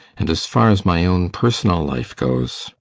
and as far as my own personal life goes,